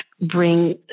bring